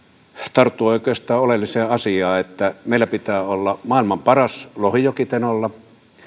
tarttui oikeastaan oleelliseen asiaan että meillä pitää olla maailman paras lohijoki tenolla ja